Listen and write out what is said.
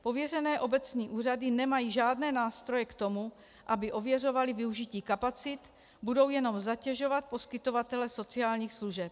Pověřené obecní úřady nemají žádné nástroje k tomu, aby ověřovaly využití kapacit, budou jenom zatěžovat poskytovatele sociálních služeb.